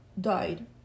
died